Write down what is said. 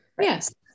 Yes